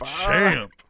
Champ